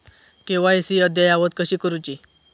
KYC अद्ययावत कशी करुची?